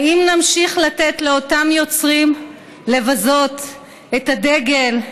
האם נמשיך לתת לאותם יוצרים לבזות את הדגל,